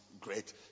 great